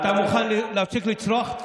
אתה מוכן להפסיק לצרוח?